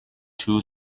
two